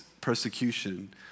persecution